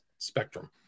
spectrum